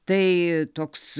tai toks